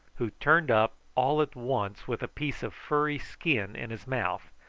who turned up all at once with a piece of furry skin in his mouth,